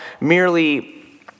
merely